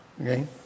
Okay